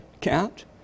count